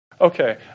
Okay